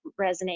resonate